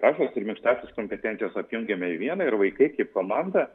kietąsias ir minkštąsias kompetencijas apjungiame į vieną ir vaikai kaip komanda